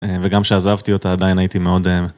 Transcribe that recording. וגם כשעזבתי אותה עדיין הייתי מאוד...